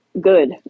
good